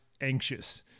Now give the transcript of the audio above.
anxious